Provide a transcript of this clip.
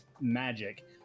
magic